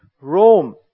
Rome